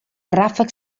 ràfec